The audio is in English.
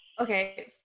Okay